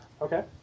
Okay